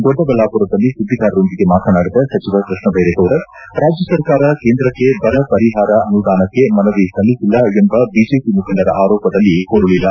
ದೊಡ್ಡಬಳ್ಳಾಪುರದಲ್ಲಿ ಸುದ್ದಿಗಾರರೊಂದಿಗೆ ಮಾತನಾಡಿದ ಸಚಿವ ಕೃಷ್ಣಬೈರೇಗೌಡ ರಾಜ್ಯ ಸರ್ಕಾರ ಕೇಂದ್ರಕ್ಷೆ ಬರಪರಿಹಾರ ಅನುದಾನಕ್ಷೆ ಮನವಿ ಸಲ್ಲಿಸಿಲ್ಲ ಎಂಬ ಬಿಜೆಪಿ ಮುಖಂಡರ ಆರೋಪದಲ್ಲಿ ಹುರುಳಲ್ಲ